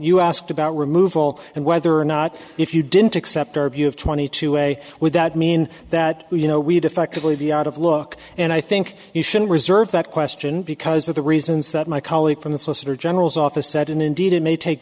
you asked about removal and whether or not if you didn't accept our view of twenty two way would that mean that you know we defectively be out of luck and i think you should reserve that question because of the reasons that my colleague from the solicitor general's office said and indeed it may take